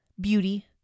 beauty